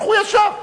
תלכו ישר.